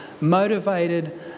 motivated